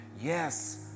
yes